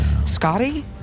Scotty